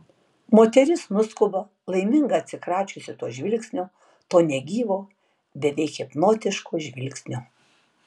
moteris nuskuba laiminga atsikračiusi to žvilgsnio to negyvo beveik hipnotiško žvilgsnio